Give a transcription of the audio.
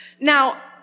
Now